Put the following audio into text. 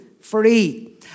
free